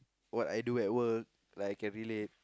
what I do at work like can relate